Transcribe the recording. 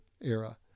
era